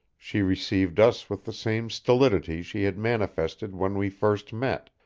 she received us with the same stolidity she had manifested when we first met,